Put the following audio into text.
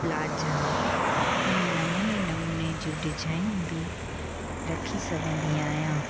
लांचा ऐं नमूने नमूने जूं डिजाइनूं बि रखी सघंदी आहियां